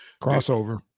Crossover